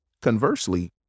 Conversely